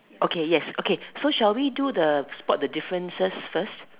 okay yes okay so shall we do the spot the differences first